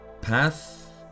Path